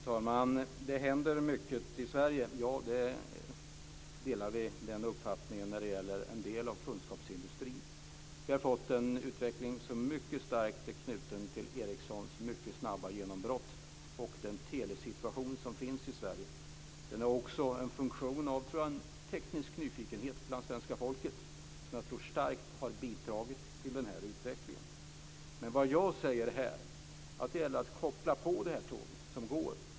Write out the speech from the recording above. Fru talman! Det händer mycket i Sverige - ja; den uppfattningen delar vi när det gäller en del av kunskapsindustrin. Vi har fått en utveckling som är mycket starkt knuten till Ericssons mycket snabba genombrott och till telesituationen i Sverige. Den är nog också en funktion av teknisk nyfikenhet bland svenska folket som jag tror starkt har bidragit till den här utvecklingen. Vad jag säger här är att det gäller att koppla på det tåg som går.